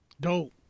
Dope